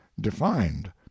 defined